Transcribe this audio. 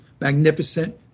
magnificent